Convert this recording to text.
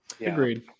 Agreed